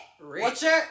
Richard